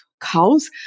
cows